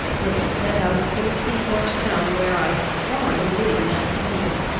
was to set out for the sea-port town where i had formerly been apprehended.